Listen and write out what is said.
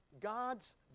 God's